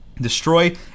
Destroy